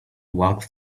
walk